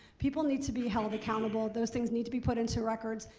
people need to be held accountable. those things need to be put into records.